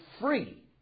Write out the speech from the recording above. free